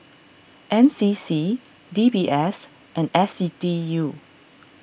N C C D B S and S D U